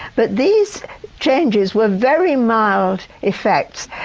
but these changes were very mild effects.